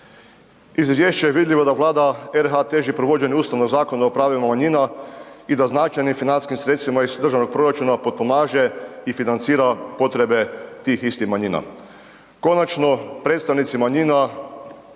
izvješća je vidljivo da Vlada RH teži provođenju ustavnog zakona o pravima manjina i da značajnim financijskim sredstvima iz proračuna potpomaže i financira potrebe tih istih manjina. Konačno, predstavnici manjina